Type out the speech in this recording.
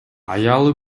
аялы